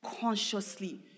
consciously